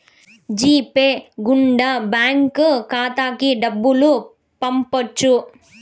G pay గుండా bank ఖాతాకి డబ్బులు పంపొచ్చు